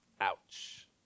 Ouch